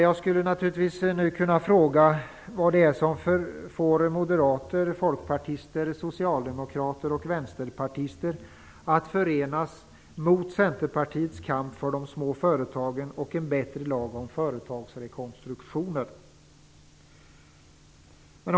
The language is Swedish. Jag skulle naturligtvis kunna fråga vad det är som får moderater, folkpartister, socialdemokrater och vänsterpartister att förenas mot Centerpartiets kamp för de små företagen och en bättre lag om företagsrekonstruktioner.